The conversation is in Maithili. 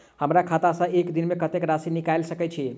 हमरा खाता सऽ एक दिन मे कतेक राशि निकाइल सकै छी